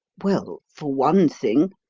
well, for one thing,